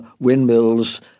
windmills